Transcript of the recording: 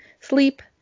sleep